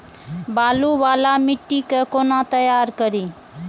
बालू वाला मिट्टी के कोना तैयार करी?